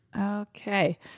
okay